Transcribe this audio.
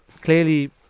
clearly